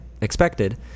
expected